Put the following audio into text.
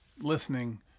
listening